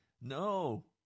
No